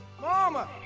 Mama